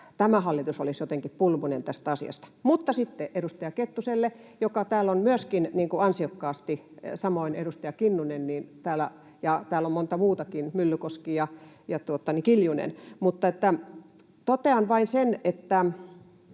että tämä hallitus olisi jotenkin pulmunen tästä asiasta. Mutta sitten edustaja Kettuselle — joka täällä on myöskin ansiokkaasti, samoin edustaja Kinnunen, ja täällä on monta muutakin, Myllykoski ja Kiljunen — totean vain sen, että